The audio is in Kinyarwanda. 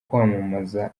kwamamaza